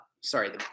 sorry